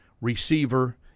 receiver